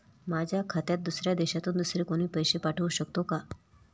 माझ्या खात्यात दुसऱ्या देशातून दुसरे कोणी पैसे पाठवू शकतो का?